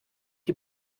die